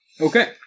Okay